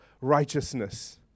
righteousness